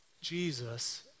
Jesus